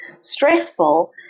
stressful